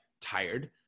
tired